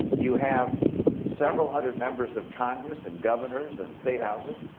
you have several hundred members of congress, and governors, and state houses,